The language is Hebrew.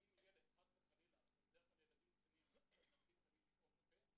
ואם ילד חס וחלילה ובדרך כלל ילדים קטנים מנסים לטעום בפה,